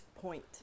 point